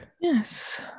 Yes